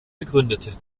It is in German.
begründete